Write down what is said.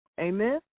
Amen